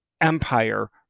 empire